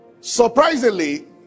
Surprisingly